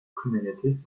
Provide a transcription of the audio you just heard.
communities